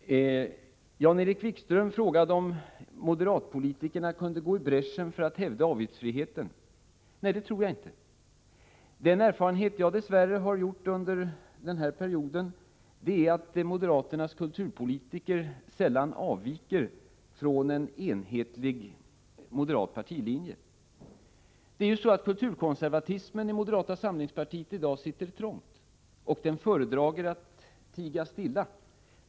Jan-Erik Wikström frågade om moderatpolitikerna kunde gå i bräschen för att hävda avgiftsfriheten. Nej, det tror jag inte. Den erfarenhet jag gjort under den här perioden är dess värre att moderaternas kulturpolitiker sällan avviker från en enhetlig moderat partilinje. Det är ju så att kulturkonservatismen i moderata samlingspartiet i dag sitter trångt och föredrar att tiga still.